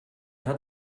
hat